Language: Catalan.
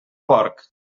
porc